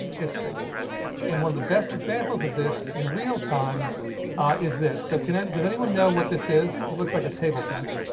and one of the best examples of this in real time is this. so can it. does anyone know what this is. it looks like a table tent,